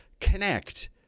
Connect